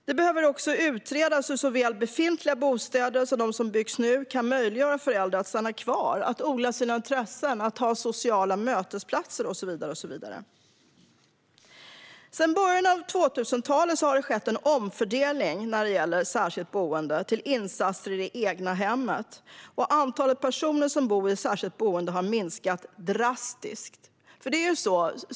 Det behöver också utredas hur såväl befintliga bostäder som de som byggs nu kan möjliggöra för äldre att stanna kvar, odla sina intressen, ha sociala mötesplatser och så vidare. Sedan början av 2000-talet har en omfördelning skett från särskilt boende till insatser i det egna hemmet, och antalet personer som bor i särskilt boende har minskat drastiskt. Samtidigt har antalet äldre ökat i befolkningen.